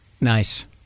Nice